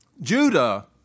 Judah